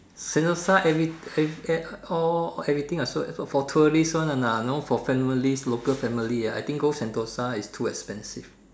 Sentosa every every all everything are so for tourist one lah not for families local families ah I think go Sentosa is too expensive